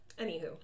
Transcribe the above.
Anywho